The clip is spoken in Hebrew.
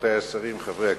רבותי השרים, חברי הכנסת,